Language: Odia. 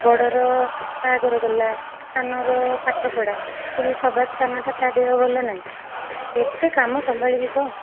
ବଡ଼ର ବାହାଘର ଗଲା ସାନର ପାଠପଢ଼ା ପୁଣି ସଭା ସାନଟା ତା'ଦେହ ଭଲ ନାହିଁ କେତେ କାମ ସମ୍ଭାଳିବି କହ